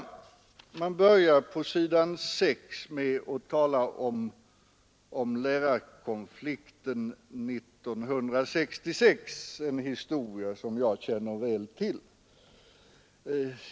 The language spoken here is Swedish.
Utskottet börjar på s. 6 med att skriva om lärarkonflikten 1966, en historia som jag känner väl till.